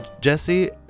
Jesse